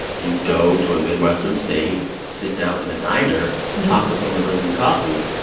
you'd go to a midwestern state, sit down in a diner and talk with someone drinking coffee.